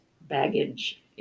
baggage